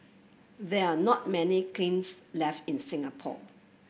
there are not many kilns left in Singapore